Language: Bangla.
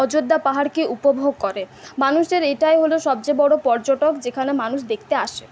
অযোধ্যা পাহাড়কে উপভোগ করে মানুষের এটাই হল সবচেয়ে বড় পর্যটক যেখানে মানুষ দেখতে আসে